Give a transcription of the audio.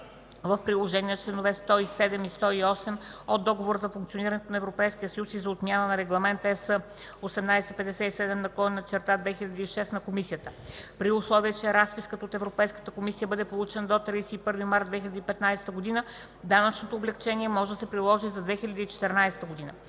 в приложение на членове 107 и 108 от Договора за функционирането на Европейския съюз и за отмяна на Регламент (ЕС) № 1857/2006 на Комисията. При условие че разписката от Европейската комисия бъде получена до 31 март 2015 г., данъчното облекчение може да се приложи за 2014 г.